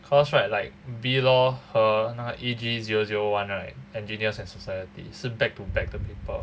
cause right like B law 和那个 E_G zero zero one right engineers and society 是 back to back 的 paper